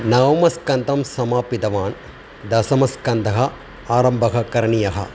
नवमस्कन्दं समापितवान् दशमस्कन्दम् आरम्भः करणीयः